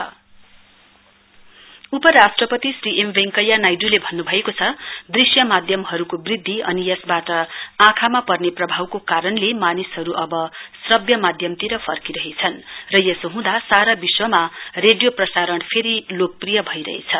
vice president उपराष्ट्रपति श्री वेकैया नाइड्ले भन्न्भएको छ दृश्य माध्यमहरुको वृद्धि अनि यसबाट आँखामा पर्ने प्रभवको कारणले मानिसहरु अब श्रश्य माध्यमतिर फर्किरहेछन् र यसो हँदा सारा विश्वमा रेडियो प्रसारण फेरि लोकप्रिय भइरहेछ